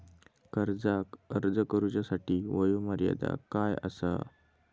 कर्जाक अर्ज करुच्यासाठी वयोमर्यादा काय आसा?